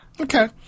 okay